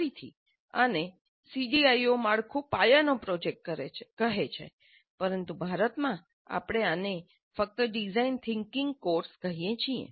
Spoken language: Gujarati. ફરીથી આને સીડીઆઈઓ માળખું પાયાનો પ્રોજેક્ટ કહે છે પરંતુ ભારતમાં આપણે આને ફક્ત ડિઝાઈન થિંકિંગ કોર્સ કહીએ છીએ